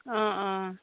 অঁ অঁ